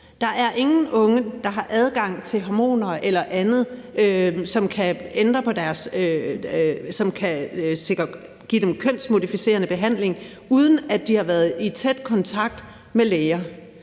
Der er ingen unge, der har adgang til hormoner eller andet, som kan give dem kønsmodificerende behandling, uden at de har været i tæt kontakt med læger